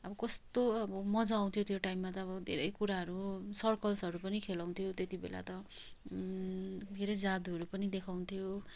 अब कस्तो अब मज्जा आउँथ्यो त्यो टाइममा त अब धेरै कुराहरू सर्कसहरू पनि खेलाउँथ्यो त्यति बेला त धेरै जादूहरू पनि देखाउँथ्यो